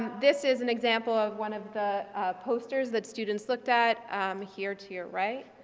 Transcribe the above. this is an example of one of the posters that students looked at here to your right,